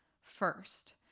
first